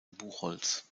buchholz